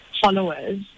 followers